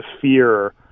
fear